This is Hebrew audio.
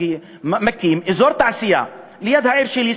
מקים אזור תעשייה ליד העיר שלי,